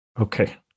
okay